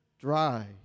dry